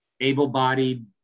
able-bodied